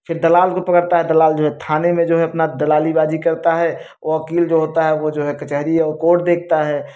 फिर दलाल को पकड़ता है दलाल जो है थाने में जो है अपना दलालीबाजी करता है वकील जो होता है वो जो है कचहरी और कोर्ट देखता है